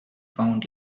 found